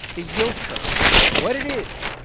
the yield curve what it is,